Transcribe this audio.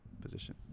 position